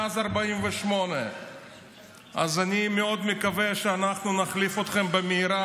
מאז 1948. אני מאוד מקווה שאנחנו נחליף אתכם במהרה,